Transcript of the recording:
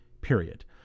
period